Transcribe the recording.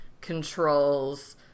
controls